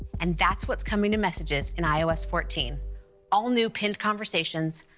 and that's what's coming to messages in ios fourteen all-new pinned conversations,